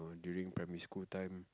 during primary school time